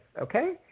Okay